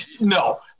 No